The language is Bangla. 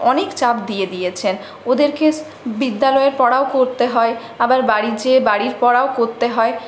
অনেক চাপ দিয়ে দিয়েছেন ওদেরকে বিদ্যালয়ের পড়াও করতে হয় আবার বাড়ি যেয়ে বাড়ির পড়াও করতে হয়